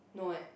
no eh